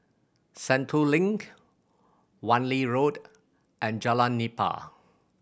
Sentul Link Wan Lee Road and Jalan Nipah